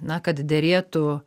na kad derėtų